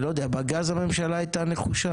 בגז הטבעי הממשלה הייתה נחושה.